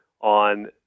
on